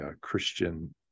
Christian